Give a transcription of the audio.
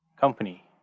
company